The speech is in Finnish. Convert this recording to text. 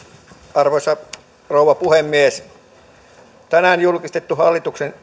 arvoisa rouva puhemies tänään julkistettu hallituksen